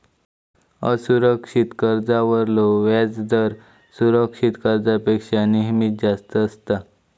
असुरक्षित कर्जावरलो व्याजदर सुरक्षित कर्जापेक्षा नेहमीच जास्त असता